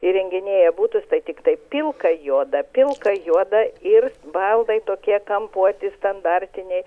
įrenginėja butus tai tiktai pilka juoda pilka juoda ir baldai tokie kampuoti standartiniai